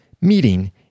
meeting